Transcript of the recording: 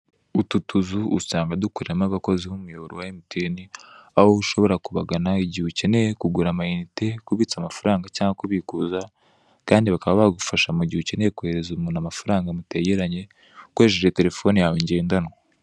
Utu tuzu usanga dukoreramo abakozi b'umuyoboro wa MTN aho ushobora kubagana igihe ukeneye kugura amaiyinite, kubitsa amafaranga cyangwa kubikuza kandi bakaba bagufasha mu gihe ukeneye koherereza umuntu amafaranga mutegeranye ukoresheje telefone yawe ngendanwa.